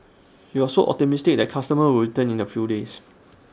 you also optimistic that customers would return in A few days